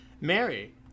Mary